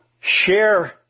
share